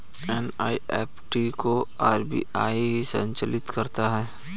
NEFT को RBI ही संचालित करता है